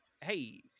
hey